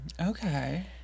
Okay